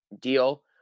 deal